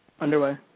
underway